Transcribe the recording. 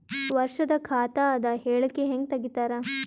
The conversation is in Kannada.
ವರ್ಷದ ಖಾತ ಅದ ಹೇಳಿಕಿ ಹೆಂಗ ತೆಗಿತಾರ?